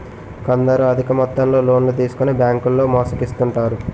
కొందరు అధిక మొత్తంలో లోన్లు తీసుకొని బ్యాంకుల్లో మోసగిస్తుంటారు